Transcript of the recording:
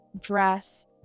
dress